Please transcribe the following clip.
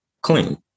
Clean